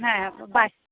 হ্যাঁ